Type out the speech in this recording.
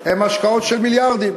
אלה השקעות של מיליארדים.